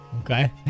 Okay